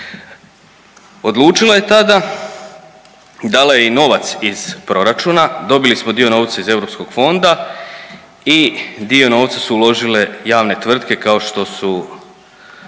Odlučila je tada, dala je i novac iz proračuna, dobili smo dio novca iz europskog fonda i dio novca su uložile javne tvrtke kao što su